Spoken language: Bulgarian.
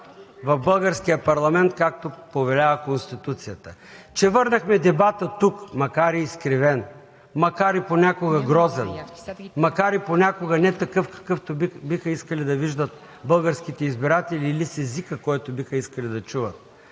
в българския парламент, както повелява Конституцията, че върнахме дебата тук, макар и изкривен, макар и понякога грозен, макар и понякога не такъв, какъвто биха искали да виждат българските избиратели, или с езика, който биха искали да чуват.